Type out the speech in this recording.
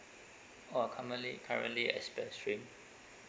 oh currently currently express stream